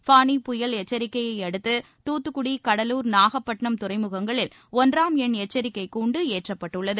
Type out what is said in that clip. ஃபானி புயல் எச்சரிக்கையை அடுத்து துத்துக்குடி கடலூர் நாகப்பட்டிணம் துறைமுகங்களில் ஒன்றாம் எண் எச்சரிக்கைக் கூண்டு ஏற்றப்பட்டுள்ளது